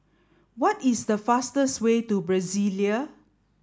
what is the fastest way to Brasilia